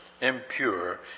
impure